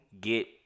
get